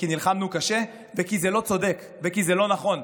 כי נלחמנו קשה וכי זה לא צודק ולא נכון,